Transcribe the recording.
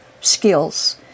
skills